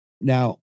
now